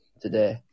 today